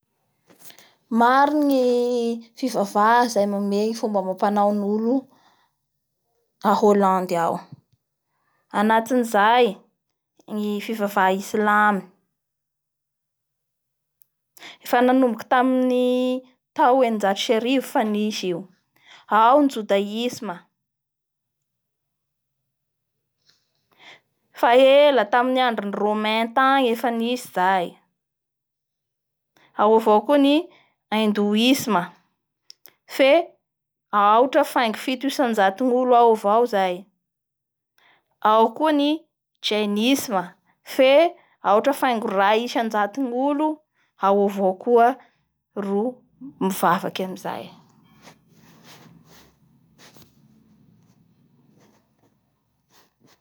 Misy hany karazany maro a Espahne agny da ny café, la comida, la hesitation merienda;